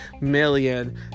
million